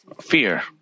Fear